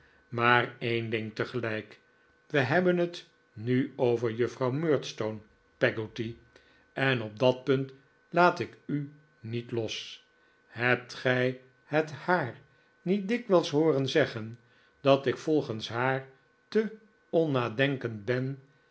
maar een ding tegelijk we hebben het nu over juffrouw murdstone peggotty en op dat punt laat ik u niet los hebt gij het haar niet dikwijls hooren zeggen dat ik volgens haar te onnadenkend ben